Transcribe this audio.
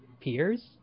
peers